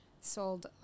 sold